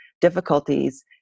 difficulties